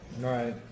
Right